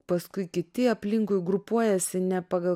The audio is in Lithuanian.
paskui kiti aplinkui grupuojasi ne pagal